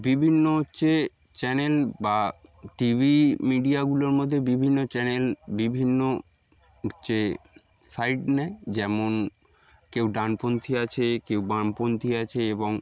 বিভিন্ন হচ্ছে চ্যানেল বা টিভি মিডিয়াগুলোর মধ্যে বিভিন্ন চ্যানেল বিভিন্ন হচ্ছে সাইড নেয় যেমন কেউ ডানপন্থী আছে কেউ বামপন্থী আছে এবং